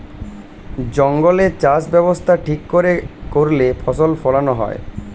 জঙ্গলে চাষ ব্যবস্থা ঠিক করে করলে ফসল ফোলানো হয়